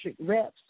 reps